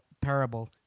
parable